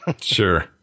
Sure